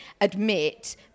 admit